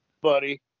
Buddy